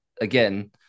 again